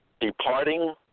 departing